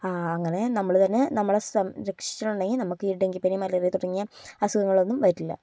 ആ അങ്ങനെ നമ്മൾ തന്നെ നമ്മളെ സംരക്ഷിച്ചിട്ടുണ്ടെങ്കിൽ നമുക്ക് ഈ ഡെങ്കിപ്പനി മലേറിയ തുടങ്ങിയ അസുഖങ്ങളൊന്നും വരില്ല